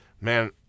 man